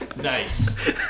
Nice